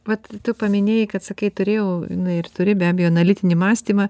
vat tu paminėjai kad sakai turėjau na ir turi be abejo analitinį mąstymą